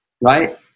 right